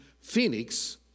Phoenix